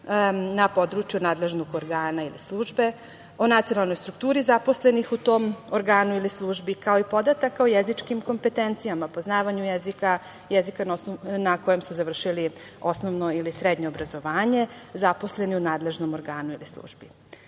na području nadležnog organa ili službe o nacionalnoj strukturi zaposlenih u tom organu ili službi, kao i podataka o jezičkim kompetencijama, poznavanju jezika na kojem su završili osnovno ili srednje obrazovanje zaposleni u nadležnom organu ili službi. Naravno